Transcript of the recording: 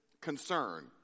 concern